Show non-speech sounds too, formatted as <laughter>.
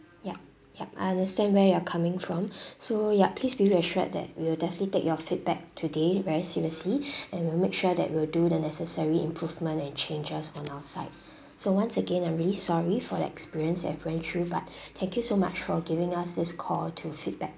yup yup I understand where you're coming from <breath> so yup please be reassured that we'll definitely take your feedback today very seriously <breath> and we'll make sure that we'll do the necessary improvement and changes on our side so once again I'm really sorry for the experience you've went through but thank you so much for giving us this call to feedback